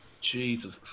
Jesus